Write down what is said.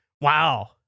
wow